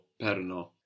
perno